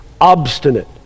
obstinate